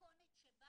במתכונת שבה